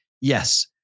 Yes